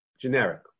generic